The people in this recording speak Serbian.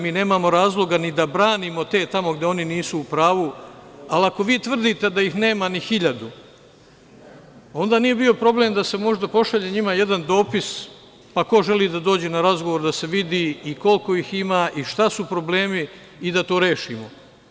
Mi nemamo razloga ni da branimo te tamo gde oni nisu u pravu, ali ako vi tvrdite da ih nema ni hiljadu, onda nije bio problem da se možda njima pošalje jedan dopis, pa ko želi da dođe na razgovor da se vidi i koliko ih ima i šta su problemi i da to rešimo.